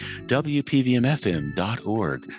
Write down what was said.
WPVMFM.org